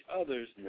others